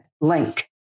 link